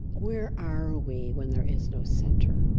where are we when there is no center?